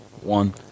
one